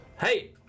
Hey